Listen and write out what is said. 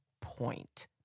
point